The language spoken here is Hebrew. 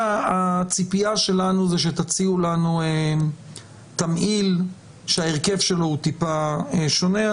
הציפייה שלנו זה שתציעו לנו תמהיל שההרכב שלו הוא טיפה שונה.